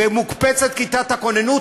ומוקפצת כיתת הכוננות,